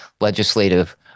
legislative